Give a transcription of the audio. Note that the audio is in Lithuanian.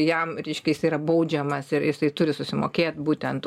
jam reiškias yra baudžiamas ir jisai turi susimokėt būtent